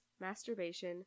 masturbation